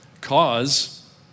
Cause